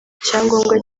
icyangombwa